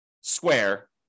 square